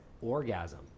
orgasm